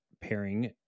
pairing